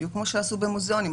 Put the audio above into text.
בדיוק כמו שעשו במוזיאונים.